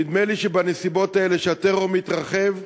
נדמה לי שבנסיבות האלה שהטרור מתרחב,